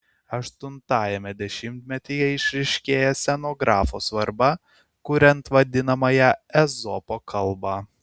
aštuntajame dešimtmetyje išryškėja scenografo svarba kuriant vadinamąją ezopo kalbą